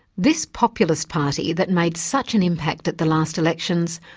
this populist party, that made such an impact at the last elections,